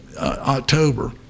October